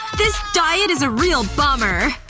this diet is a real bummer.